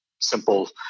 simple